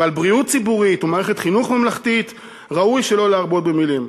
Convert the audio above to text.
ועל בריאות ציבורית ומערכת חינוך ממלכתית ראוי שלא להרבות במילים.